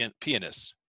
pianists